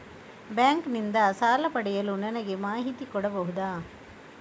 Bank ನಿಂದ ಸಾಲ ಪಡೆಯಲು ನನಗೆ ಮಾಹಿತಿ ಕೊಡಬಹುದ?